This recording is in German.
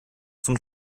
zum